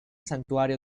santuario